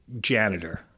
janitor